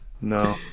No